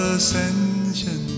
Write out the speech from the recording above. ascension